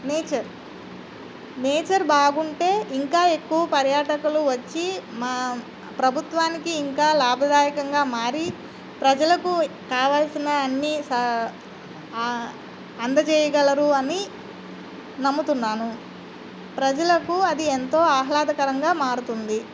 nature nature బాగుంటే ఇంకా ఎక్కువు పర్యాటకులు వచ్చి మా ప్రభుత్వానికి ఇంకా లాభదాయకంగా మారి ప్రజలకు కావాల్సిన అన్ని స అందచేయగలరు అని నమ్ముతున్నాను ప్రజలకు అది ఎంతో ఆహ్లాదకరంగా మారుతుంది